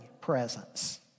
presence